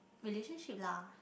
relationship lah